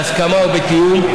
בהסכמה ובתיאום,